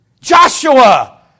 Joshua